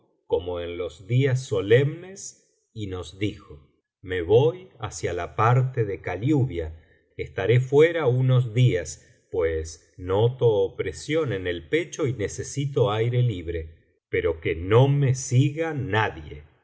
como en los días solemnes y nos dijo me voy hacia la parte de kaliubia estaré fuera unos días pues noto opresión en el pecho y necesito aire libre pero que no me siga nadie